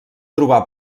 trobar